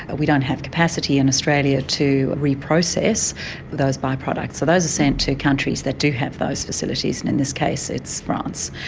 ah we don't have capacity in australia to reprocess those by-products. so those are sent to countries that do have those facilities, and in this case it's france.